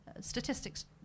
statistics